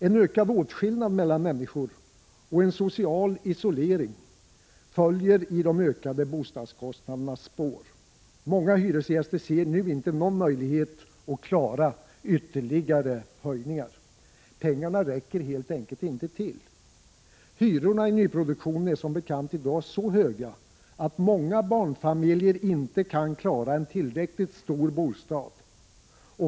En ökad åtskillnad mellan människor och en social isolering följer i de ökade bostadskostnadernas spår. Många hyresgäster ser nu inte någon möjlighet att klara ytterligare höjningar. Pengarna räcker helt enkelt inte till. Hyrorna i nyproduktionen är som bekant i dag så höga att många barnfamiljer inte kan klara hyran i en tillräckligt stor bostad.